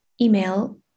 email